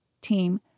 team